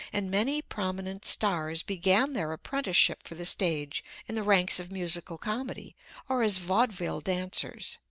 and many prominent stars began their apprenticeship for the stage in the ranks of musical comedy or as vaudeville dancers.